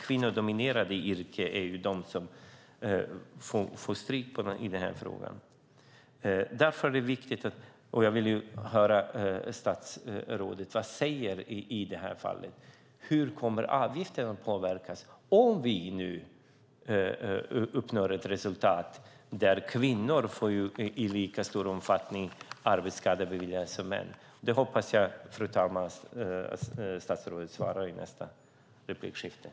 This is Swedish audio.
Kvinnodominerade yrken är de som får stryk i den här frågan. Jag vill höra vad statsrådet säger i det här fallet. Hur kommer avgiften att påverkas om vi uppnår ett resultat där kvinnor i lika stor omfattning som män får arbetsskadorna beviljade? Det hoppas jag, fru talman, att statsrådet svarar på i sitt nästa inlägg.